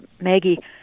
Maggie